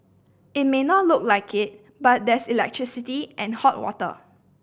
it may not look like it but there's electricity and hot water